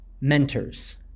Mentors